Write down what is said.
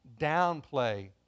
downplay